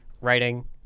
writing